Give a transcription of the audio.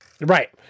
Right